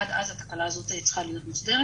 עד אז התקלה הזאת צריכה להיות מוסדרת.